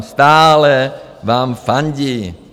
Stále vám fandí.